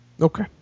Okay